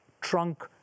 trunk